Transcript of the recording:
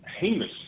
heinous